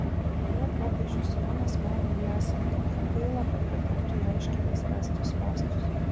nejau popiežius jonas mano jį esant tokį kvailą kad patektų į aiškiai paspęstus spąstus